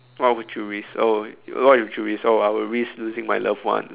what would you risk oh what would you risk oh I would risk losing my love one